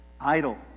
Idle